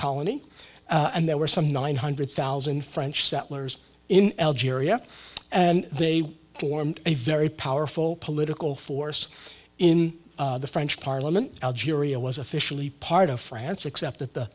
colony and there were some nine hundred thousand french settlers in algeria and they formed a very powerful political force in the french parliament algeria was officially part of france except th